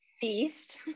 Feast